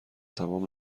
تمام